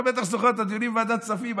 אתה בטח זוכר את הדיונים בוועדת כספים.